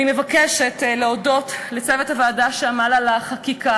אני מבקשת להודות לצוות הוועדה שעמל על החקיקה